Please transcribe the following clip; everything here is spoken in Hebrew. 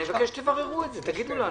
אני מבקש שתבררו את זה, ותיתנו לנו